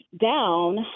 down